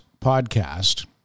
podcast